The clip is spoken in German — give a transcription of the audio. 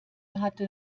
hatte